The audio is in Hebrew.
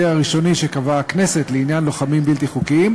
הראשוני שקבעה הכנסת לעניין לוחמים בלתי חוקיים,